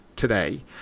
today